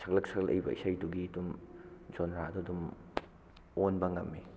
ꯁꯛꯂꯛ ꯁꯛꯂꯛꯏꯕ ꯏꯁꯩꯗꯨꯒꯤ ꯑꯗꯨꯝ ꯖꯣꯅꯔꯥꯗꯨ ꯑꯗꯨꯝ ꯑꯣꯟꯕ ꯉꯝꯃꯤ